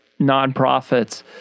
nonprofits